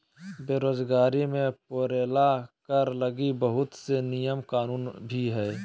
बेरोजगारी मे पेरोल कर लगी बहुत से नियम कानून भी हय